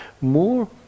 more